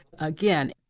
again